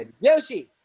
Yoshi